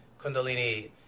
kundalini